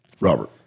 Robert